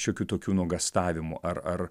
šiokių tokių nuogąstavimų ar ar